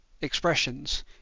expressions